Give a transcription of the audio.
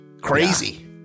Crazy